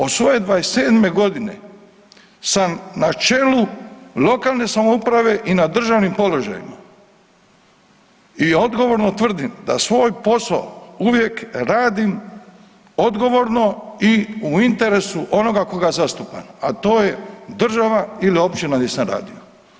Od svoje 27 godine sam na čelu lokalne samouprave i na državnim položajima i odgovorno tvrdim da svoj posao uvijek radim odgovorno i u interesu onoga koga zastupam, a to je država ili općina di sam radio.